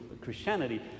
Christianity